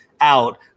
out